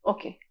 Okay